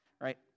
right